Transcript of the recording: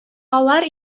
алар